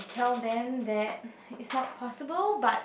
tell them that it's not possible but